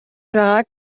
байгааг